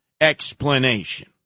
explanation